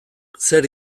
zer